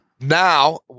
now